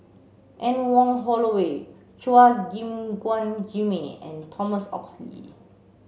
Anne Wong Holloway Chua Gim Guan Jimmy and Thomas Oxley